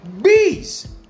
bees